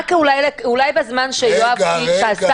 אולי בזמן שיואב קיש,